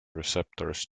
receptors